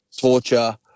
torture